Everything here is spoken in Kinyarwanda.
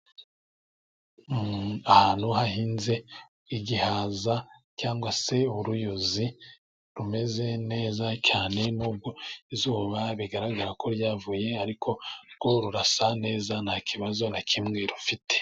Ahantu hahinze igihaza, cyangwa se uruyuzi, rumeze neza cyane, nubwo izuba bigaragara ko ryavuye, ariko rwo rurasa neza nta kibazo na kimwe rufite.